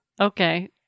Okay